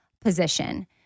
position